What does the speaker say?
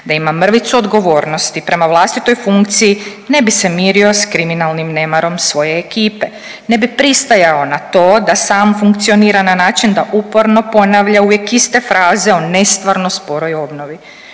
Da ima mrvicu odgovornosti prema vlastitoj funkciji ne bi se mirio sa kriminalnim nemarom svoje ekipe, ne bi pristajao na to da sam funkcionira na način da uporno ponavlja uvijek iste fraze o nestvarno sporoj obnovi.